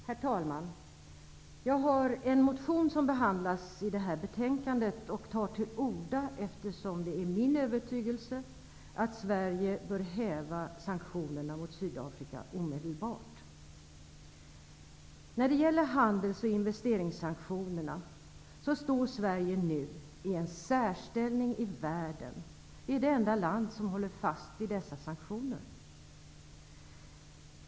Fru talman! Jag har väckt en motion som behandlas i detta betänkande och tar till orda eftersom det är min övertygelse att Sverige omedelbart bör häva sanktionerna mot Sydafrika. När det gäller handels och investeringssanktioner står Sverige nu i en särställning i världen. Sverige är det enda land som håller fast vid dessa sanktioner.